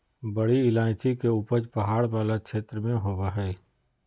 बड़ी इलायची के उपज पहाड़ वाला क्षेत्र में होबा हइ